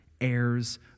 heirs